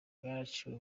bwaraciwe